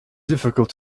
difficult